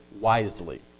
wisely